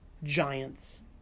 giants